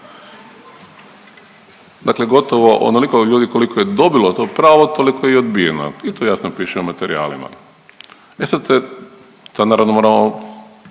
Dakle gotovo onoliko ljudi koliko je dobilo to pravo, toliko je i odbijeno i to jasno piše u materijalima. E sad se, sad naravno, moramo